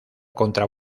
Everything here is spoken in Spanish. contra